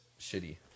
shitty